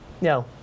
no